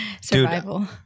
Survival